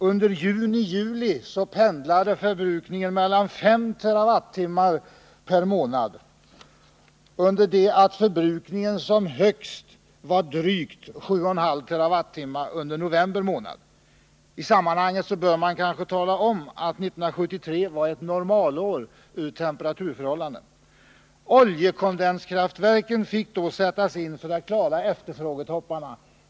Under juni-juli pendlade förbrukningen kring 5 TWh/månad, under det att förbrukningen som högst var drygt 7,5 TWh under november månad. I sammanhanget bör man kanske tala om att 1973 var ett normalår i fråga om temperaturförhållanden. Oljekondenskraften fick då sättas in för att klara efterfrågetopparna.